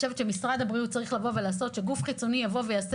לדעתי משרד הבריאות או גוף חיצוני אחר יבוא ויעשה